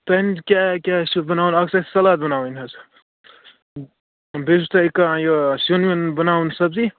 کیٛاہ کیٛاہ چھُو تۅہہِ بناوُن اکھ چھِ تۅہہِ سلاد بناوٕنۍ حظ بیٚیہِ چھُو کانٛہہ یہِ سِیُن ویُن بناوُن سبزی